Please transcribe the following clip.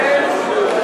היא התכוונה אליכם,